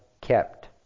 kept